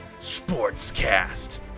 Sportscast